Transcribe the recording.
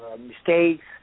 mistakes